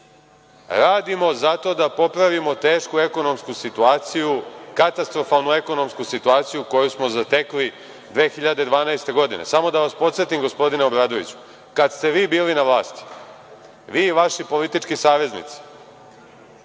radimo zato da popravimo tešku ekonomsku situaciju, katastrofalnu ekonomsku situaciju koju smo zatekli 2012. godine. Samo da vas podsetim, gospodine Obradoviću, kada ste vi bili na vlasti, vi i vaši politički saveznici,